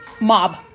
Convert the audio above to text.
mob